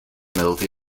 melody